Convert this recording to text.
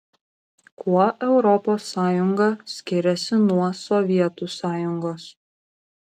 kuo europos sąjunga skiriasi nuo sovietų sąjungos